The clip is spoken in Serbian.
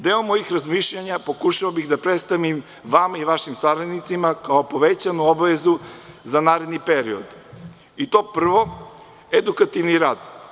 Deo mojih razmišljanja bih pokušao da predstavim vama i vašim saradnicima kao povećanu obavezu za naredni period i to prvo edukativni rad.